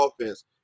offense